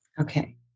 Okay